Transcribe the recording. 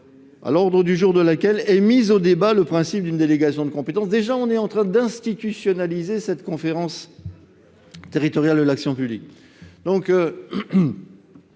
à l'ordre du jour de laquelle est mis au débat le principe de délégations de compétences »? L'institutionnalisation de cette conférence territoriale de l'action publique